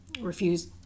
refuse